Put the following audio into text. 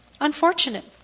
Unfortunate